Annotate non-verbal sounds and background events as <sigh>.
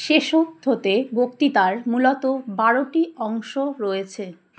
<unintelligible> বক্তৃতার মূলত বারোটি অংশ রয়েছে